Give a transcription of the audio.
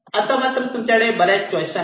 आता मात्र तुमच्याकडे बऱ्याच चॉईस आहेत